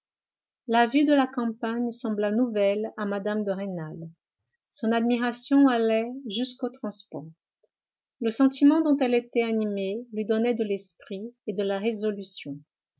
la vue de la campagne sembla nouvelle à mme de rênal son admiration allait jusqu'aux transports le sentiment dont elle était animée lui donnait de l'esprit et de la résolution